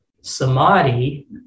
samadhi